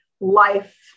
life